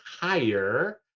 higher